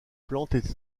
plantes